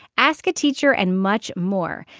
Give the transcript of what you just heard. ask a teacher and much more.